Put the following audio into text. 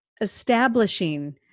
establishing